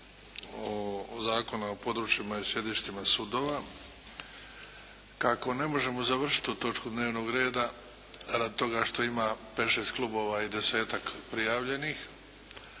Zakona o područjima i sjedištima sudova. Kako ne možemo završiti tu točku dnevnog reda radi toga što ima pet, šest klubova i desetak prijavljenih